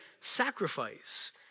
sacrifice